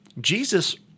Jesus